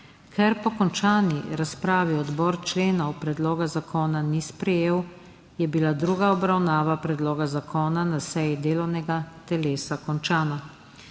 Ker po končani razpravi odbor členov predloga zakona ni sprejel, je bila druga obravnava predloga zakona na seji delovnega telesa končana.